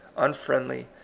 unfriendly,